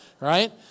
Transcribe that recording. right